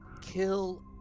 kill